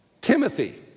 Timothy